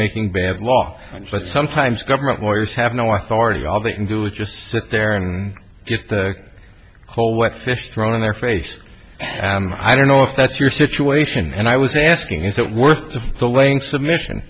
making bad law but sometimes government lawyers have no authority all they can do is just sit there and get the whole wet fish thrown in their face i don't know if that's your situation and i was asking is it worth the laying submission